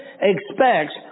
expects